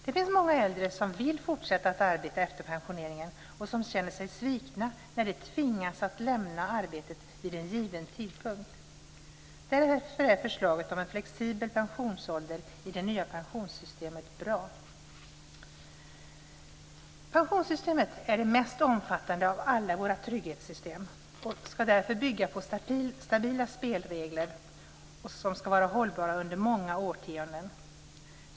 Det finns många äldre som vill fortsätta att arbeta efter pensioneringen och som känner sig svikna när de tvingas att lämna arbetet vid en given tidpunkt. Därför är förslaget om en flexibel pensionsålder i det nya pensionssystemet bra. Pensionssystemet är det mest omfattande av alla våra trygghetssystem och ska därför bygga på stabila spelregler som är hållbara under många årtionden.